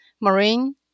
marine